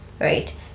right